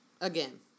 Again